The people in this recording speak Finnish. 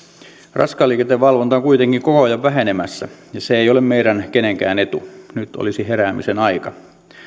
raskaan liikenteen valvonta on kuitenkin koko ajan vähenemässä ja se ei ole meidän kenenkään etu nyt olisi heräämisen aika